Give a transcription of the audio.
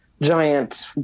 giant